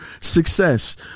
success